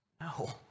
No